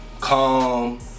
calm